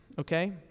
okay